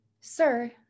Sir